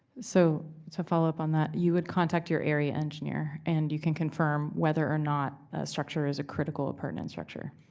so to follow up on that, you would contact your area engineer, and you can confirm whether or not a structure is a critical appurtenant structure.